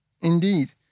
indeed